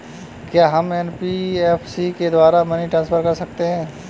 क्या हम एन.बी.एफ.सी के द्वारा मनी ट्रांसफर कर सकते हैं?